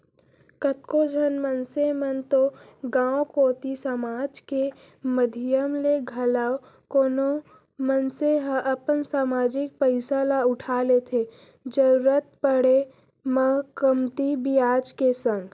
कतको झन मनसे मन तो गांव कोती समाज के माधियम ले घलौ कोनो मनसे ह अपन समाजिक पइसा ल उठा लेथे जरुरत पड़े म कमती बियाज के संग